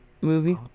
movie